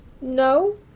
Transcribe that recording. No